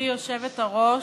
גברתי היושבת-ראש,